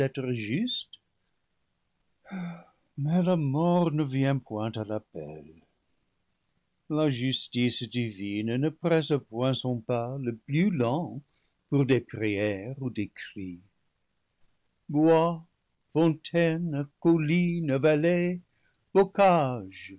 vient point à l'appel la justice divine ne presse point son pas le plus lent pour des prières ou des cris bois fontaines collines